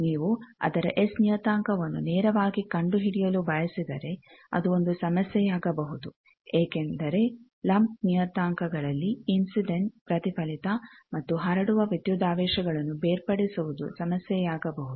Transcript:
ನೀವು ಅದರ ಎಸ್ ನಿಯತಾಂಕವನ್ನು ನೇರವಾಗಿ ಕಂಡುಹಿಡಿಯಲು ಬಯಸಿದರೆ ಅದು ಒಂದು ಸಮಸ್ಯೆಯಾಗಬಹುದು ಏಕೆಂದರೆ ಲಂಪ್ ನಿಯತಾಂಕಗಳಲ್ಲಿ ಇನ್ಸಿಡೆಂಟ್ ಪ್ರತಿಫಲಿತ ಮತ್ತು ಹರಡುವ ವಿದ್ಯುದಾವೇಶಗಳನ್ನು ಬೇರ್ಪಡಿಸುವುದು ಸಮಸ್ಯೆಯಾಗಬಹುದು